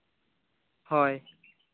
ᱦᱳᱭ